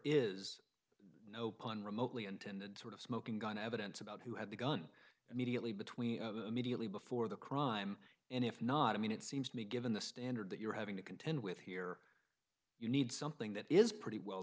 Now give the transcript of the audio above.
is no pun remotely intended sort of smoking gun evidence about who had the gun immediately between immediately before the crime and if not i mean it seems to me given the standard that you're having to contend with here you need something that is pretty well